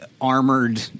armored